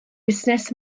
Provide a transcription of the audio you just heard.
busnes